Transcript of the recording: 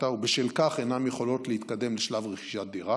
ובשל כך אינן יכולות להתקדם לשלב רכישת דירה.